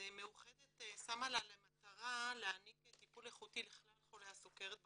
מאוחדת שמה לה למטרה להעניק טיפול איכותי לכלל חולי הסוכרת בקופה,